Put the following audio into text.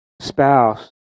spouse